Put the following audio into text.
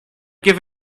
give